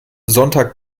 sonntag